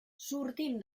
sortim